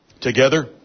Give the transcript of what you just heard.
Together